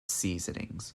seasonings